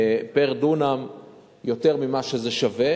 פר-דונם יותר ממה שזה שווה.